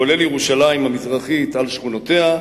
כולל ירושלים המזרחית על שכונותיה,